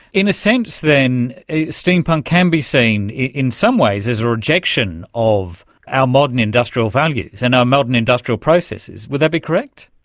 in a sense, then, steampunk can be seen in some ways as a rejection of our modern industrial values and our modern industrial processes. would that be correct?